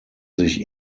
sich